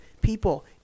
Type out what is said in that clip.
people